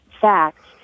facts